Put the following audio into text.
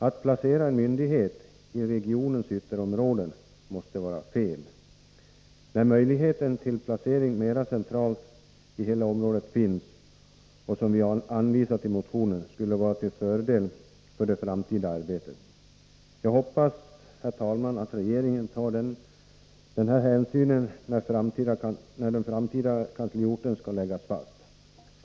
Att placera en myndighet i regionens ytterområden måste vara fel, när möjligheten till en placering mera centralt för hela området finns — vi har i motionen anvisat att det skulle vara till fördel för det framtida arbetet. Herr talman! Jag hoppas att regeringen tar denna hänsyn när de framtida kansliorterna skall läggas fast.